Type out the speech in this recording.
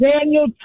Daniel